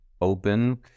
open